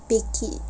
bake it